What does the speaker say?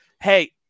hey –